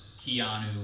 Keanu